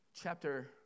chapter